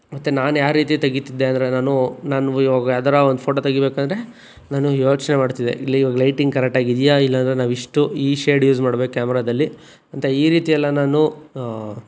ಮತ್ತು ನಾನು ಯಾವ ರೀತಿ ತೆಗಿತಿದ್ದೆ ಅಂದರೆ ನಾನು ನಾನು ಇವಾಗ ಯಾವ್ದಾರ ಒಂದು ಫೋಟೊ ತೆಗಿಬೇಕೆಂದರೆ ನಾನು ಯೋಚನೆ ಮಾಡ್ತಿದ್ದೆ ಇಲ್ಲಿ ಇವಾಗ ಲೈಟಿಂಗ್ ಕರೆಕ್ಟಾಗಿ ಇದೆಯಾ ಇಲ್ಲಾಂದರೆ ನಾವು ಇಷ್ಟು ಈ ಶೇಡ್ ಯೂಸ್ ಮಾಡ್ಬೇಕು ಕ್ಯಾಮ್ರಾದಲ್ಲಿ ಅಂತ ಈ ರೀತಿಯೆಲ್ಲ ನಾನು